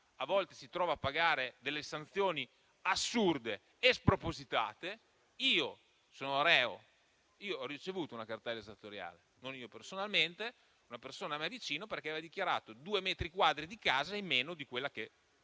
a volte si trova a pagare sanzioni assurde e spropositate. Io sono reo, in quanto ho ricevuto una cartella esattoriale. Ad esempio, non io personalmente, ma una persona a me vicina aveva dichiarato due metri quadri di casa in meno di quella che